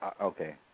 okay